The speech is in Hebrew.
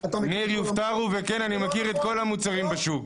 כן, אני מכיר את כל המוצרים בשוק.